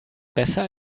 besser